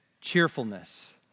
cheerfulness